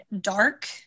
dark